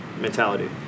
mentality